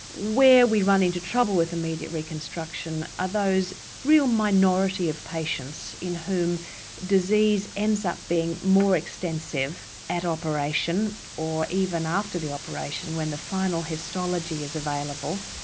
where we run into trouble with immediate reconstruction are those real minority of patients in whom disease ends up being more extensive at operation, or even after the operation when the final histology is available,